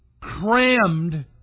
crammed